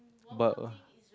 but